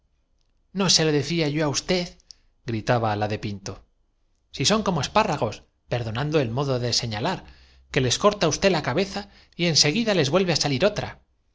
no se lo decía yo á usted gritaba la de pinto si son como los espárragos perdonando el modo de correr novillos embolados habiendo escapado ya á tan varios como inminentes peligros creíase imper señalar que les corta usté la cabeza y en seguida les vuelve á salir otra